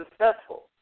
successful